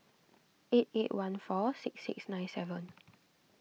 eight eight one four six six nine seven